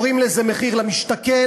קוראים לזה "מחיר למשתכן",